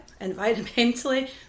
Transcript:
environmentally